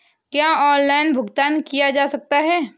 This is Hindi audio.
क्या ऑनलाइन भुगतान किया जा सकता है?